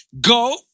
Go